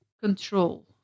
control